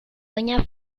doña